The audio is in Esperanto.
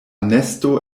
nesto